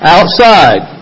Outside